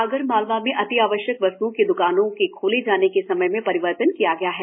आगरमालवा में अति आवश्यक वस्त्ओं की द्कानों के खोले जाने के समय में परिवर्तन किया गया है